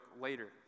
later